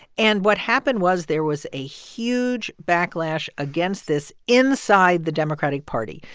and what happened was there was a huge backlash against this inside the democratic party.